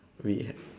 we